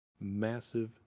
massive